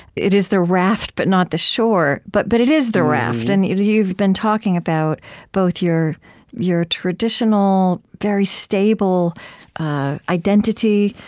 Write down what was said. it is the raft but not the shore. but but it is the raft. and you've you've been talking about both your your traditional, very stable identity,